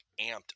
amped